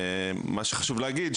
מה שחשוב להגיד,